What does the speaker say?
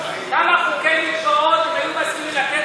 כמה חוקי מקוואות הם היו מסכימים לתת